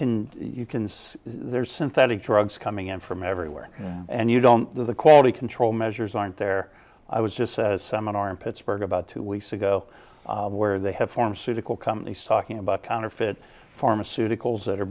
can you can see there's synthetic drugs coming in from everywhere and you don't the quality control measures aren't there i was just seminar in pittsburgh about two weeks ago where they have formed suitable companies talking about counterfeit pharmaceuticals that are